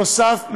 נוסף,